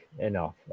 Enough